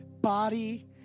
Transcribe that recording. body